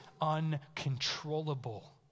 uncontrollable